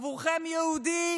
עבורכם יהודי